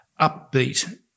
upbeat